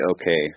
okay